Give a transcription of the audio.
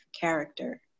character